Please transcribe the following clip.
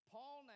Paul